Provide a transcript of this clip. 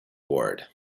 ward